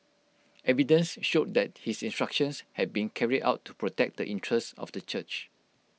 evidence showed that his instructions had been carried out to protect the interests of the church